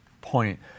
point